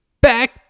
back